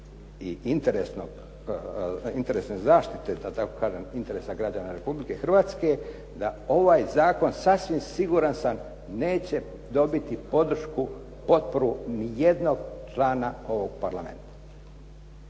i interesne zaštite, da tako kažem interesa građana Republike Hrvatske da ovaj zakon sasvim siguran sam neće dobiti podršku, potporu niti jednog člana ovog Parlamenta.